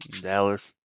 Dallas